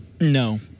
No